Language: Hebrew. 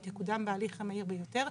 היא תקודם בהליך המהיר ביותר,